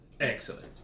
Excellent